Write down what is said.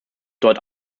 dort